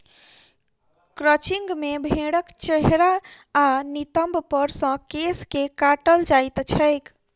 crutching मे भेंड़क चेहरा आ नितंब पर सॅ केश के काटल जाइत छैक